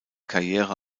karriere